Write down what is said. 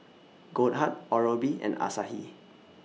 Goldheart Oral B and Asahi